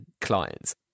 clients